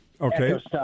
Okay